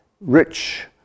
rich